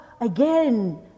again